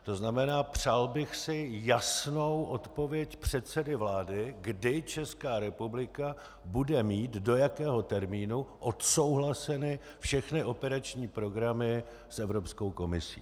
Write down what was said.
To znamená, přál bych si jasnou odpověď předsedy vlády, kdy Česká republika bude mít, do jakého termínu, odsouhlaseny všechny operační programy s Evropskou komisí.